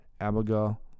Abigail